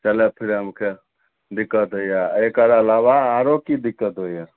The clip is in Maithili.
चलय फिरयके दिक्कत होइए एकर अलावा आरो की दिक्कत होइए